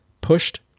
pushed